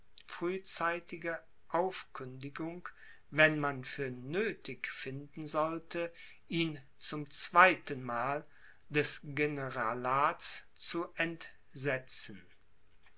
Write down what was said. frühzeitige aufkündigung wenn man für nöthig finden sollte ihn zum zweitenmal des generalats zu entsetzen